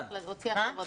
הוא עכשיו דן.